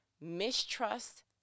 mistrust